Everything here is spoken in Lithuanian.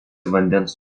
vandens